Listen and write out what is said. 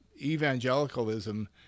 evangelicalism